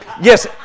Yes